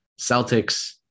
Celtics